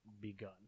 begun